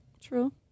True